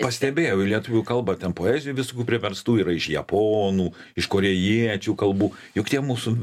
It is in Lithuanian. pastebėjau į lietuvių kalbą ten poezijijų visokių priverstų yra iš japonų iš korėjiečių kalbų juk tie mūsų